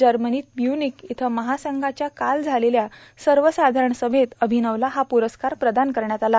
जर्मनीत म्य्निक इथं महासंघाच्या काल झालेल्या सर्वसाधारण सभेत अभिनवला हा प्रस्कार प्रदान करण्यात आला